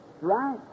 right